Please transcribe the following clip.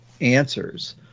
answers